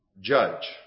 judge